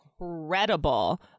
incredible